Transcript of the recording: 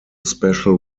special